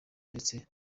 ndetse